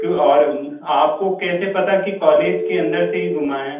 और आपको कैसे पता कि कॉलेज के अंदर से ही घुमा है